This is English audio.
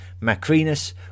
Macrinus